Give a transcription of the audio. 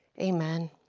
Amen